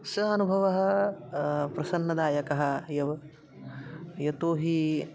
सः अनुभवः प्रसन्नदायकः एव यतोहि